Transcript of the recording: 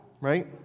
right